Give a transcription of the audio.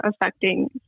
affecting